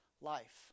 life